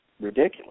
ridiculous